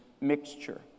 mixture